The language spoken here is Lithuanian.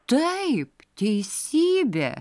taip teisybė